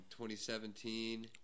2017